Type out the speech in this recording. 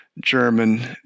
German